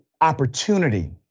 opportunity